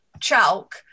Chalk